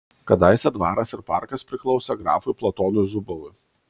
kadaise dvaras ir parkas priklausė grafui platonui zubovui